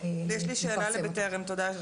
תודה.